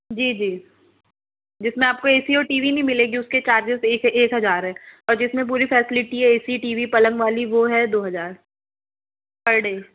जी जी जिसमें आपको ए सी और टी वी नहीं मिलेगी उसके चार्जेस एक एक हजार है और जिसमें पूरी फैसिलिटी है ए सी टी वी पलंग वाली वो है दो हजार पर डे